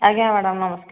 ଆଜ୍ଞା ମ୍ୟାଡ଼ମ୍ ନମସ୍କାର